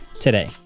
today